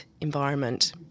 environment